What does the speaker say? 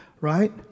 right